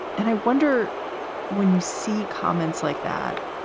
and i wonder when you see comments like that.